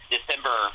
December